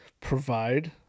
provide